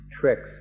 tricks